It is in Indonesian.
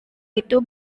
itu